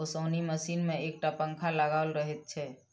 ओसौनी मशीन मे एक टा पंखा लगाओल रहैत छै